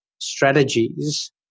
strategies